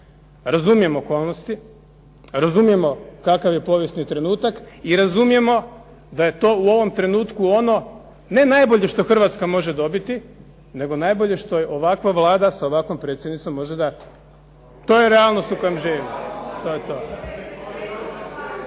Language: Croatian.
Razumijem okolnosti, razumijemo kakav je povijesni trenutak i razumijemo da je to u ovom trenutku ono ne najbolje što Hrvatska može dobiti, nego najbolje što je ovakva Vlada s ovakvom predsjednicom može dati. To je realnost u kojem živimo. Ajde pa